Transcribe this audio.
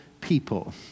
people